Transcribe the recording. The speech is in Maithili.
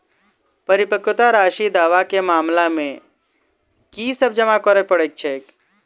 परिपक्वता राशि दावा केँ मामला मे की सब जमा करै पड़तै छैक?